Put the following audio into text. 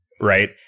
Right